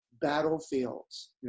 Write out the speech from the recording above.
battlefields